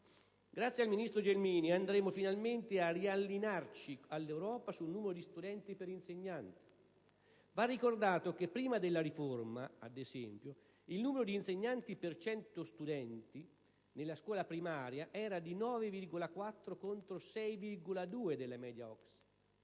Grazie al ministro Gelmini andremo finalmente a riallinearci all'Europa sul numero di studenti per insegnante. Va ricordato che prima della riforma, ad esempio, il numero di insegnanti per 100 studenti nella scuola primaria era di 9,4 contro i 6,2 della media OCSE;